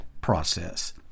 process